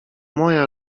moja